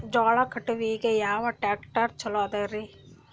ಜೋಳ ಕಟಾವಿಗಿ ಯಾ ಟ್ಯ್ರಾಕ್ಟರ ಛಂದದರಿ?